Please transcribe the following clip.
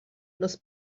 los